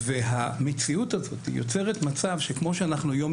המציאות הזאת יוצרת מצב שכמו שהיום אנחנו